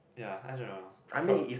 ya I don't know prob~